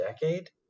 decade